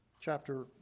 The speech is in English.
chapter